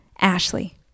Ashley